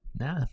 Nah